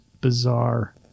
bizarre